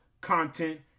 content